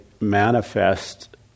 manifest